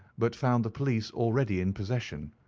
but found the police already in possession,